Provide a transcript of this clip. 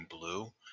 blue